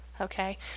okay